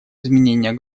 изменения